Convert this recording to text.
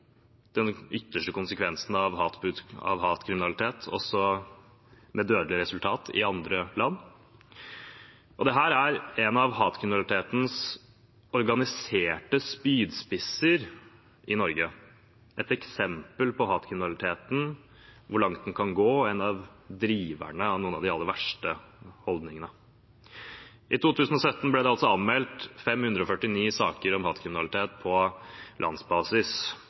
den ytterste konsekvensen av hatkriminalitet, også med dødelig resultat i andre land. Dette er en av hatkriminalitetens organiserte spydspisser i Norge, et eksempel på hatkriminaliteten og hvor langt den kan gå, og en av driverne av noen av de aller verste holdningene. I 2017 ble det anmeldt 549 saker om hatkriminalitet på landsbasis,